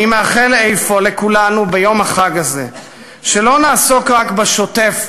אני מאחל אפוא לכולנו ביום החג הזה שלא נעסוק רק בשוטף,